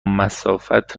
مسافت